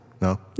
No